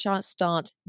start